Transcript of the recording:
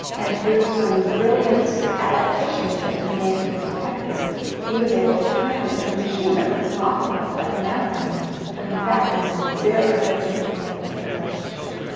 and through some brilliant adaptations that he made to this detector he was able to turn it into a machine that looks an awful lot like a mammogram unit, but in fact is a very, very different way of looking at breast tissue.